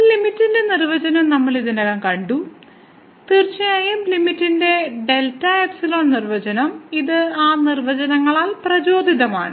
ഒരു ലിമിറ്റിന്റെ നിർവചനം നമ്മൾ ഇതിനകം കണ്ടു തീർച്ചയായും ലിമിറ്റിന്റെ ഡെൽറ്റ എപ്സിലോൺ നിർവചനം ഇത് ആ നിർവചനങ്ങളാൽ പ്രചോദിതമാണ്